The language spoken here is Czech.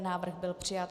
Návrh byl přijat.